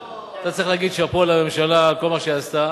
שאתה צריך להגיד "שאפו" לממשלה על כל מה שהיא עשתה,